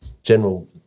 General